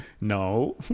No